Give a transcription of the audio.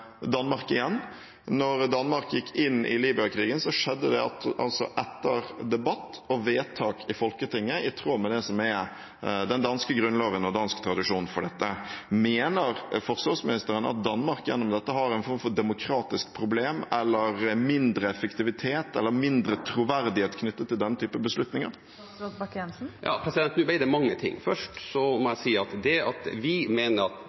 Danmark. Da Danmark gikk inn i Libya-krigen, skjedde det altså etter debatt og vedtak i Folketinget, i tråd med den danske grunnloven og dansk tradisjon for dette. Mener forsvarsministeren at Danmark gjennom dette har en form for et demokratisk problem, mindre effektivitet eller mindre troverdighet knyttet til denne typen beslutninger? Nå ble det mange ting. Først må jeg si at det at vi mener at